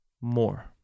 More